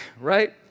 right